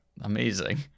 Amazing